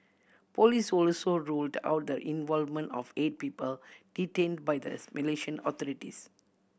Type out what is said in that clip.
police also ruled out the involvement of eight people detain by the Malaysian authorities